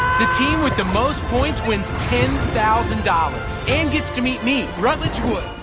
the team with the most points wins ten thousand dollars and gets to meet me, rutledge wood.